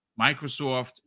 Microsoft